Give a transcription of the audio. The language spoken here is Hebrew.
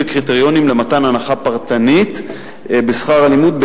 בקריטריונים למתן הנחה פרטנית בשכר הלימוד,